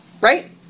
Right